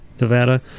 Nevada